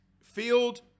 Field